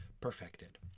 perfected